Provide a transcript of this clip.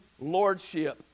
lordship